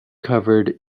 covered